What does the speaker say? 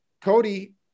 cody